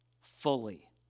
fully